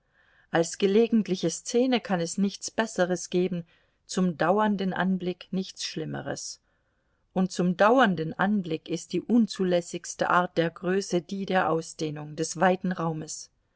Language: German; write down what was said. als gelegentliche szene kann es nichts besseres geben zum dauernden anblick nichts schlimmeres und zum dauernden anblick ist die unzulässigste art der größe die der ausdehnung des weiten raumes